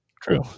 True